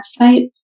website